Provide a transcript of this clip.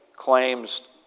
claims